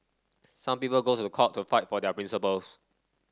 some people go to the court to fight for about their principles